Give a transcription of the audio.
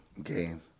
game